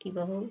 कि बहू